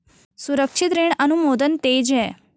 सुरक्षित ऋण अनुमोदन तेज है